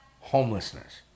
homelessness